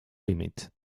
limit